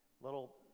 Little